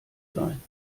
sein